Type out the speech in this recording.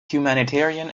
humanitarian